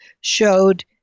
showed